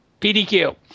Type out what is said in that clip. PDQ